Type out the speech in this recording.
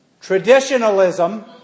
Traditionalism